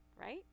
right